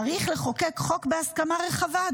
צריך לחוקק חוק בהסכמה רחבה,